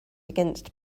against